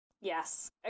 yes